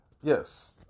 Yes